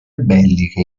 belliche